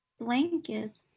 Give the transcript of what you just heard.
Blankets